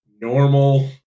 normal